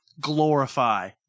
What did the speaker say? glorify